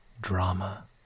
drama